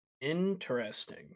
Interesting